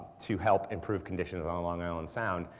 to help improve conditions on long island sound,